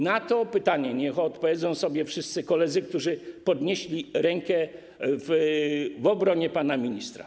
Na to pytanie niech odpowiedzą sobie wszyscy koledzy, którzy podnieśli rękę w obronie pana ministra.